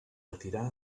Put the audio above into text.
retirà